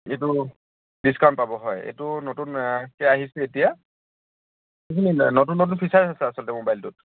এইটো ডিছকাউণ্ট পাব হয় এইটো নতুনকৈ আহিছে এতিয়া এইখিনি নতুন নতুন ফিচাৰছ আছে আছলতে মোবাইলটোত